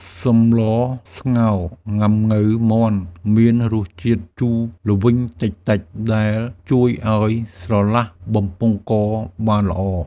សម្លស្ងោរង៉ាំង៉ូវមាន់មានរសជាតិជូរល្វីងតិចៗ ដែលជួយឱ្យស្រឡះបំពង់កបានល្អ។